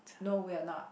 no we are not